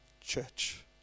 church